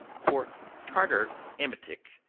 for tartar emetic,